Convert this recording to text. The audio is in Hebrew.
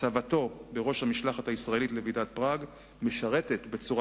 הצבתו בראש המשלחת הישראלית לוועידת פראג משרתת בצורה